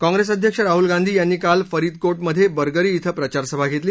काँप्रेस अध्यक्ष राहल गांधी यांनी काल फरीदकोट मधे बरगरी धिं प्रचारसभा घेतली